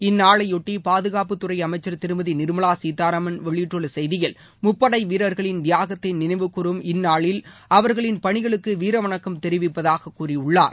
இந்நாளையொட்டி பாதுகாப்புத்துறை அமைச்சா் திருமதி நிர்மலா சீதாராமன் வெளியிட்டுள்ள செய்தியில் முப்படை வீரர்களின் தியாகத்தை நினைவுகூரும் இந்நாளில் அவர்களின் பணிகளுக்கு வீரவணக்கம் தெரிவிப்பதாக கூறியுள்ளார்